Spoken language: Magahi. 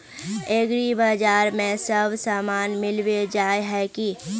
एग्रीबाजार में सब सामान मिलबे जाय है की?